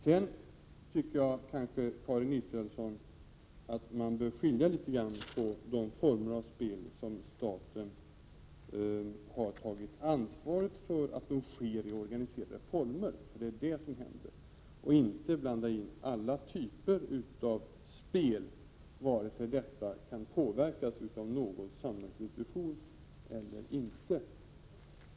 Sedan tycker jag, Karin Israelsson, att man något bör skilja på de former av spel som staten har tagit ansvaret för och där verksamheten sker i organiserade former — och det är det som det är fråga om — och alla andra typer av spel vare sig dessa kan påverkas av någon samhällsinstitution eller ej.